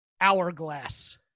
Hourglass